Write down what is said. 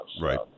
Right